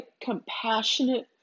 compassionate